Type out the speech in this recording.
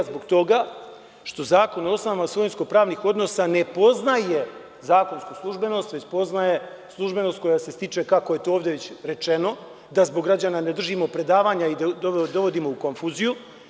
Zbog toga što Zakon o osnovama svojinsko pravnih odnosa ne poznaje zakonsku službenost već poznaje službenost koja se stiče, kako je to ovde rečeno, da zbog građana ne držimo predavanja i dovodimo u konfuziju.